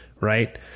right